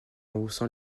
haussant